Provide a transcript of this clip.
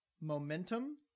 momentum